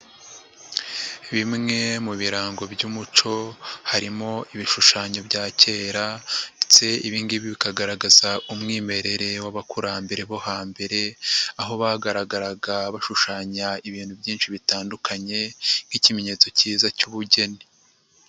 Bimwe mu birango by'umuco, harimo ibishushanyo bya kera ndetse ibi ngibi bikagaragaza umwimerere w'abakurambere bo hambere, aho bagaragaraga bashushanya ibintu byinshi bitandukanye nk'ikimenyetso cyiza cy'ubugeni.